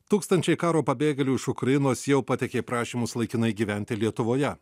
tūkstančiai karo pabėgėlių iš ukrainos jau pateikė prašymus laikinai gyventi lietuvoje